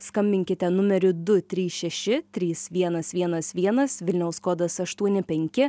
skambinkite numeriu du trys šeši trys vienas vienas vienas vilniaus kodas aštuoni penki